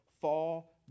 fall